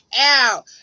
out